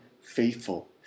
faithful